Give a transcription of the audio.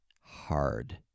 hard